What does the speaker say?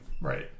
Right